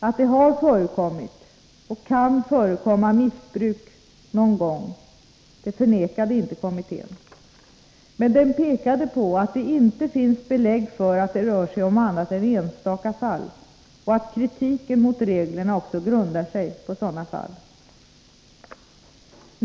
Att det har förekommit och kan förekomma missbruk någon gång förnekade inte kommittén. Men den pekade på att det inte finns belägg för att det rör sig om annat än enstaka fall och att kritiken mot reglerna också grundar sig på sådana fall.